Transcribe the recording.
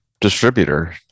distributor